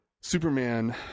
superman